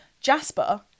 Jasper